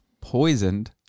poisoned